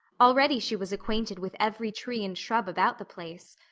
already she was acquainted with every tree and shrub about the place.